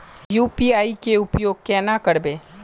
UPI के उपयोग केना करबे?